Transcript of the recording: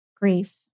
grief